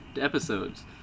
episodes